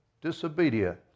disobedience